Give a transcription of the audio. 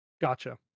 Gotcha